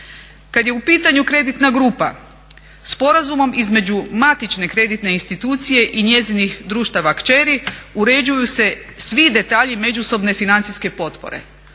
Kad je u pitanju kreditna grupa sporazumom između matične kreditne institucije i njezinih društava kćeri uređuju se svi detalji međusobne financijske potpore.